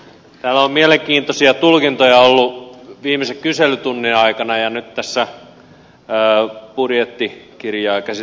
täällä on mielenkiintoisia tulkintoja ollut viimeisen kyselytunnin aikana ja nyt tätä budjettikirjaa käsiteltäessä